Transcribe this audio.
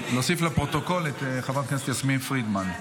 להוסיף לפרוטוקול את חברת הכנסת יסמין פרידמן,